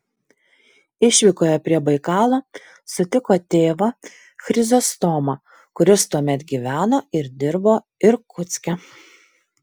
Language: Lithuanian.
išvykoje prie baikalo sutiko tėvą chrizostomą kuris tuomet gyveno ir dirbo irkutske